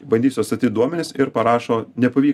bandysiu atstatyt duomenis ir parašo nepavyko